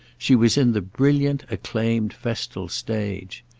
she was in the brilliant acclaimed festal stage.